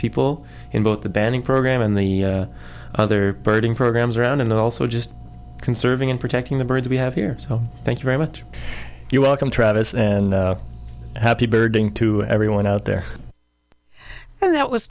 people in both the banding program and the other birding programs around and also just conserving and protecting the birds we have here so thank you very much you're welcome travis and happy birding to everyone out there and that was